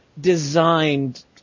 designed